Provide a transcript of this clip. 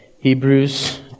Hebrews